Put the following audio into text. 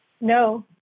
No